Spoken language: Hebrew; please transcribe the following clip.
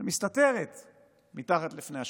שמסתתרת מתחת לפני השטח.